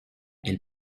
elles